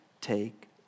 take